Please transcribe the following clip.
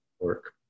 work